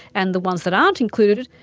and the ones that aren't included,